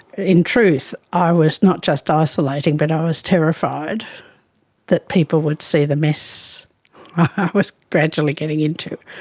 in truth i was not just ah isolating but i was terrified that people would see the mess i was gradually getting into.